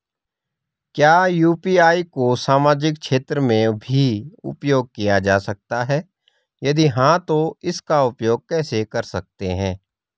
क्या यु.पी.आई को सामाजिक क्षेत्र में भी उपयोग किया जा सकता है यदि हाँ तो इसका उपयोग कैसे कर सकते हैं?